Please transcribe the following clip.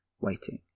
waiting